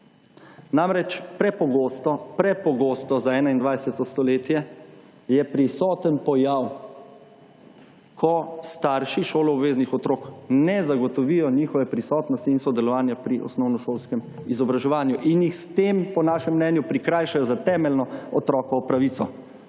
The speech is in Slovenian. Namreč prepogosto za 21. stoletje, je prisoten pojav, ko starši šoloobveznih otrok ne zagotovijo njihove prisotnosti in sodelovanja pri osnovnošolskem izobraževanjem in jih s tem po našem mnenju prikrajšajo za temeljno otrokovo pravico,